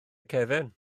cefn